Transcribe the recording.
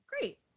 Great